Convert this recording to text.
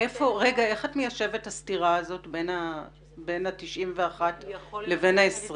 איך את מיישבת את הסתירה הזאת בין ה-91 לבין ה-20?